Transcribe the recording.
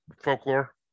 folklore